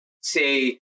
say